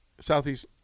Southeast